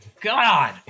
God